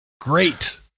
great